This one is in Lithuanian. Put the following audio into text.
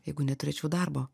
jeigu neturėčiau darbo